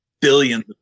billions